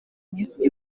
iminsi